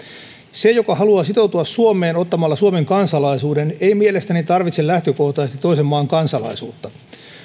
se joka haluaa sitoutua suomeen ottamalla suomen kansalaisuuden ei mielestäni tarvitse lähtökohtaisesti toisen maan kansalaisuutta